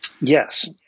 Yes